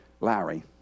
Larry